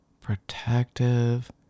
protective